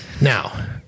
Now